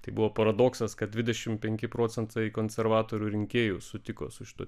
tai buvo paradoksas kad dvidešimt penki procentai konservatorių rinkėjų sutiko su šituo